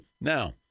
Now